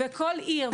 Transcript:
וכול עיר,